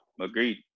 agreed